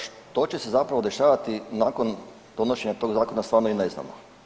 Što će se zapravo dešavati nakon donošenja tog zakona stvarno i ne znamo.